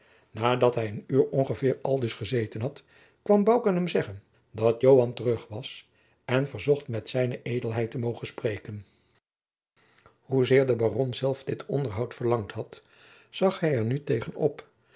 nadat hij een uur ongeveer aldus gezeten had kwam bouke hem zeggen dat joan terug was en verzocht met zijne edelheid te mogen spreken hoezeer de baron zelf dit onderhoud verlangd had zag hij er nu tegen op